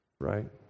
right